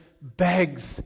begs